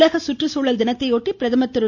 உலக குற்றுச்சூழல் தினத்தையொட்டி பிரதமர் திரு